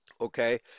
Okay